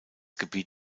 gebiet